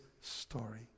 story